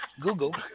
Google